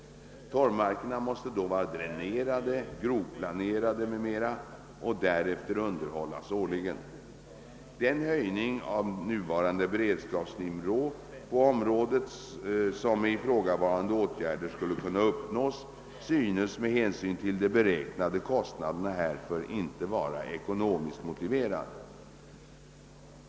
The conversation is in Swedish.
Torvmarkerna måste då vara dränerade, grovplanerade m.m. och därefter underhållas årligen. Den höjning av nuvarande beredskapsnivå på området som med ifrågavarande åtgärder skulle kunna uppnås synes med hänsyn till de beräknade kostnaderna härför inte vara ekonomiskt motiverad.